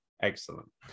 excellent